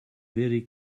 very